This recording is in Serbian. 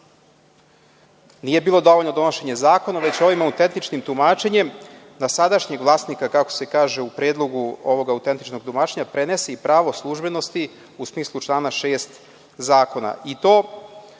nije bilo dovoljno donošenje zakona, već ovim autentičnim tumačenjem, na sadašnjeg vlasnika, kako se kaže u Predlogu autentičnog tumačenja, prenese i pravo službenosti u smislu člana 6. Zakona,